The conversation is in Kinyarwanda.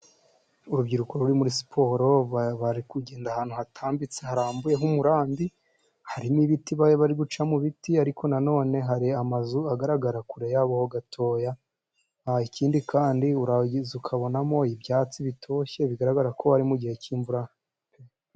Urubyiruko ruri muri siporo, bari kugenda ahantu hatambitse harambuye h'umurambi, hari n'ibiti bari guca mu biti, ariko nanone hari amazu agaragara kure yabo ho gatoya, ikindi kandi urarangiza ukabonamo ibyatsi bitoshye bigaragara ko ari mu gihe k'imvura.